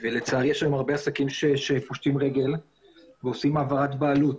ולצערי יש היום הרבה עסקים שפושטים רגל ועושים העברת בעלות.